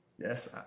Yes